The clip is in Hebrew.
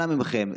אנא מכם,